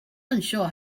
unsure